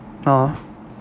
ah